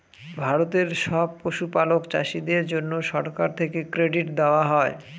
ভারতের সব পশুপালক চাষীদের জন্যে সরকার থেকে ক্রেডিট দেওয়া হয়